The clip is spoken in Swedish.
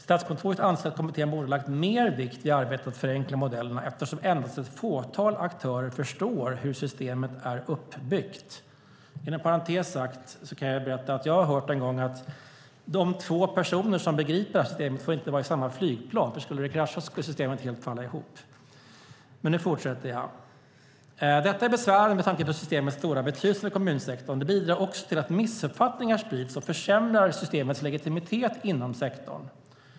Statskontoret anser att kommittén borde ha lagt mer vikt vid arbetet med att förenkla modellerna, eftersom endast ett fåtal aktörer förstår hur systemet är uppbyggt." Inom parentes sagt kan jag berätta att jag har hört en gång att de två personer som begriper detta system får inte vara i samma flygplan, för om det kraschar skulle systemet helt falla ihop. Jag fortsätter citera: "Detta är besvärande med tanke på systemets stora betydelse för kommunsektorn. Det bidrar också till att missuppfattningar sprids och försämrar utjämningssystemets legitimitet inom sektorn.